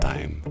Time